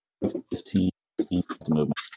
fifteen